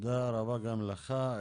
תודה רבה גם לך.